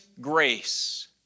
grace